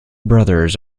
brothers